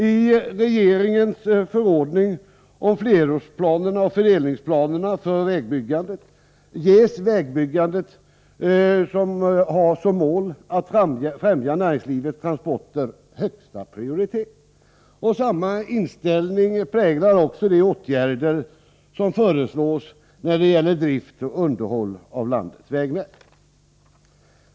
I regeringens fördelningsplaner för vägbyggandet ges vägbyggandet, som har som mål att främja näringslivets transporter, högsta prioritet. Samma inställning präglar de åtgärder som föreslås när det gäller drift och underhåll av landets vägnät.